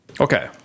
Okay